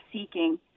seeking